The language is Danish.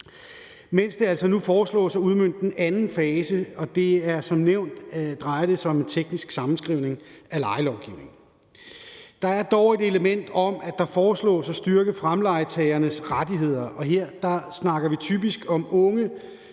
mens det nu foreslås at udmønte den anden fase, og det drejer sig som nævnt om en teknisk sammenskrivning af lejelovgivningen. Der er dog et element om, at det foreslås at styrke fremlejetagernes rettigheder, og her snakker vi typisk om unge